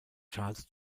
charles